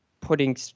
putting